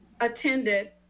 attended